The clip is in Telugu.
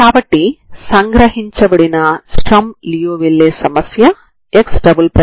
కాబట్టి t 0 అంటే ξ అవుతుంది సరేనా